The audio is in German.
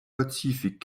pazifik